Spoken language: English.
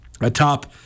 atop